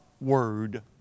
Word